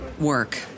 work